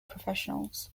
professionals